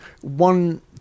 one